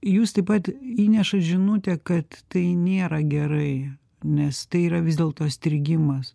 ir jūs taip pat įnešat žinutę kad tai nėra gerai nes tai yra vis dėlto strigimas